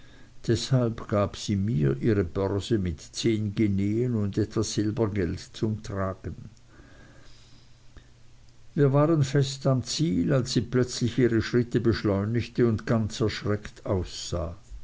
deshalb gab sie mir ihre börse mit zehn guineen und etwas silbergeld zum tragen wir waren fast am ziel als sie plötzlich ihre schritte beschleunigte und ganz erschreckt aussah